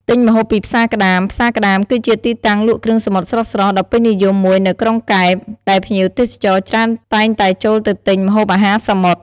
ទិញម្ហូបពីផ្សារក្ដាម ផ្សារក្ដាមគឺជាទីតាំងលក់គ្រឿងសមុទ្រស្រស់ៗដ៏ពេញនិយមមួយនៅក្រុងកែប ដែលភ្ញៀវទេសចរច្រើនតែងតែចូលទៅទិញម្ហូបអាហារសមុទ្រ។